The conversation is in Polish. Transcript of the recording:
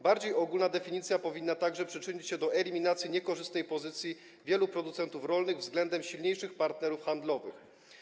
Bardziej ogólna definicja powinna także przyczynić się do eliminacji niekorzystnej pozycji wielu producentów rolnych względem silniejszych partnerów handlowych.